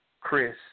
Chris